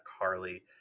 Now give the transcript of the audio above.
Carly